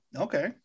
Okay